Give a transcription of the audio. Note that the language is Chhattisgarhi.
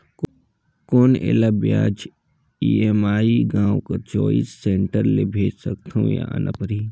कौन एला ब्याज ई.एम.आई गांव कर चॉइस सेंटर ले भेज सकथव या आना परही?